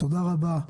תודה רבה.